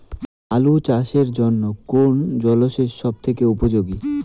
আলু চাষের জন্য কোন জল সেচ সব থেকে উপযোগী?